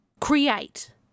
create